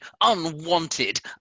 unwanted